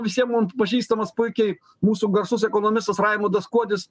visiem mum pažįstamas puikiai mūsų garsus ekonomistas raimundas kuodis